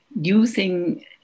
using